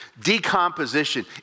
decomposition